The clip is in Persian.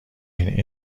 این